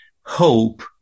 hope